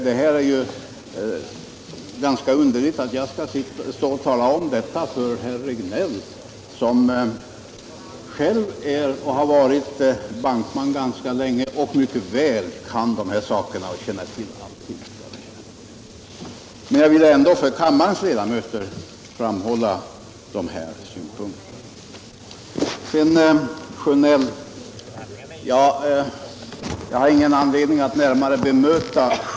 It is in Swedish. Det är ganska underligt att jag skall stå och tala om detta för herr Regnéll, som själv har varit bankman länge och mycket väl känner till de här sakerna, men jag vill ändå för kammarens övriga ledamöter framhålla dessa synpunkter. Herr Sjönell har jag ingen anledning att närmare bemöta.